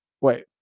wait